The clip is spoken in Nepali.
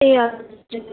ए हजुर